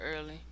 early